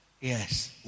Yes